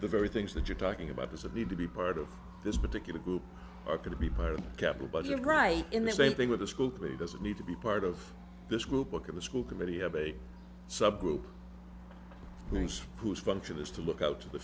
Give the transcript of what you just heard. the very things that you're talking about those of need to be part of this particular group are going to be part of the capital budget right in the same thing with the school committee doesn't need to be part of this group look at the school committee have a subgroup things whose function is to look out to the